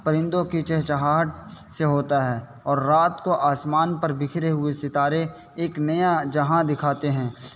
پرندوں کی چہچہاہٹ سے ہوتا ہے اور رات کو آسمان پر بکھرے ہوئے ستارے ایک نیا جہاں دکھاتے ہیں